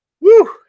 Woo